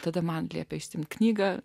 tada man liepė išsiimti knygą